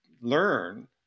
learn